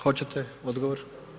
Hoćete odgovor?